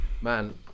Man